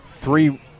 three